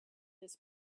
this